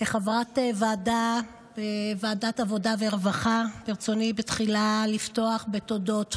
כחברת ועדת העבודה ורווחה ברצוני תחילה לפתוח בתודות,